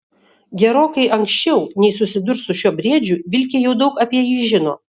gerokai anksčiau nei susidurs su šiuo briedžiu vilkė jau daug apie jį žino